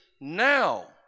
now